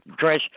Trish